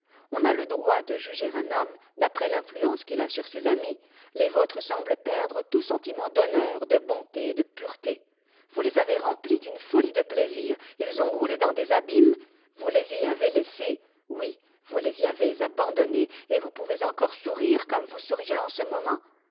on a le droit de juger un homme d'après l'influence qu'il a sur ses amis les vôtres semblent perdre tout sentiment d'honneur de bonté de pureté vous les avez remplis d'une folie de plaisir ils ont roulé dans des abîmes vous les y avez laissés oui vous les y avez abandonnés et vous pouvez encore sourire comme vous souriez en ce moment